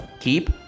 keep